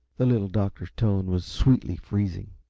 the little doctor's tone was sweetly freezing.